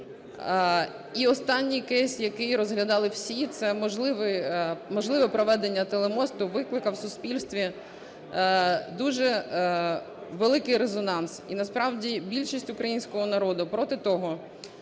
І останній кейс, який розглядали всі, це можливе проведення телемосту, викликав в суспільстві дуже великий резонанс. І насправді більшість українського народу проти того,